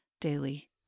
daily